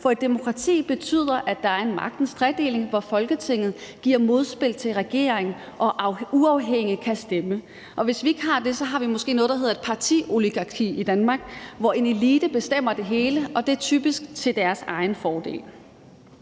for demokrati betyder, at der er en magtens tredeling, hvor Folketinget giver modspil til regeringen og kan stemme uafhængigt. Hvis vi ikke har det, har vi måske noget et partioligarki i Danmark, hvor en elite bestemmer det hele, og det er typisk til deres egen fordel.